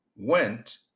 went